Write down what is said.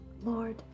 lord